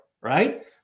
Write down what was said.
right